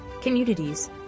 communities